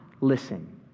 listen